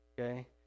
Okay